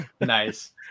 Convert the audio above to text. nice